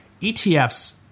ETFs